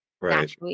right